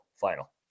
final